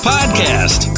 Podcast